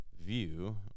view